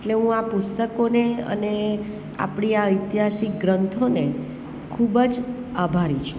એટલે હું આ પુસ્તકોને અને આપણી આ ઐતિહાસિક ગ્રંથોને ખૂબ જ આભારી છું